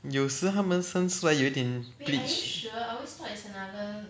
有时他们生出来有点 bleach